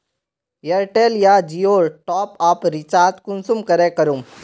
Airtel या जियोर top आप रिचार्ज कुंसम करे करूम?